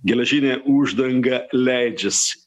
geležinė uždanga leidžiasi